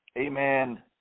amen